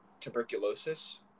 tuberculosis